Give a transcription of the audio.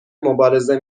مبارزه